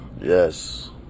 Yes